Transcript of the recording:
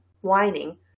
whining